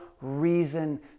reason